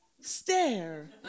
stare